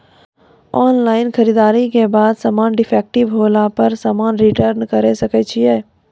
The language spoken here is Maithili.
ऑनलाइन खरीददारी के बाद समान डिफेक्टिव होला पर समान रिटर्न्स करे सकय छियै?